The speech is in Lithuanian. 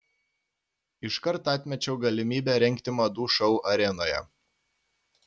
iškart atmečiau galimybę rengti madų šou arenoje